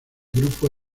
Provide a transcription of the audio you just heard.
grupo